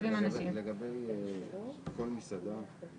איש ונשב כולנו עם כל המשפחות.